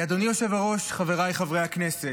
חבריי חברי הכנסת,